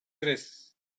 tres